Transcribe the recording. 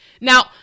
Now